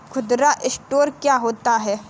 खुदरा स्टोर क्या होता है?